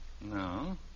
No